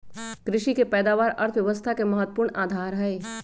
कृषि के पैदावार अर्थव्यवस्था के महत्वपूर्ण आधार हई